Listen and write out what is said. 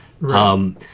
Right